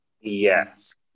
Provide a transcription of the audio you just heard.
Yes